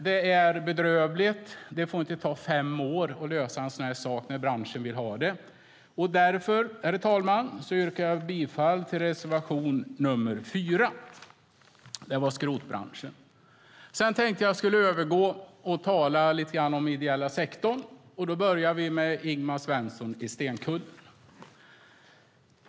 Det är bedrövligt. Det får inte ta fem år att lösa en sådan här fråga när branschen vill ha en ändring. Därför, herr talman, yrkar jag bifall till reservation 4. Det var skrotbranschen. Nu tänker jag övergå till att lite grann tala om den ideella sektorn. Jag börjar med Ingemar Svensson i Stenkullen.